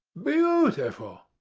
beautiful!